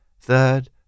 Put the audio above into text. Third